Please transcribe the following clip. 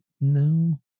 No